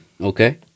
Okay